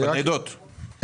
חמישה מיליון שקלים.